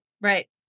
right